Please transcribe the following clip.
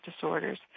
disorders